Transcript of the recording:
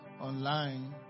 online